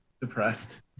depressed